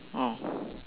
oh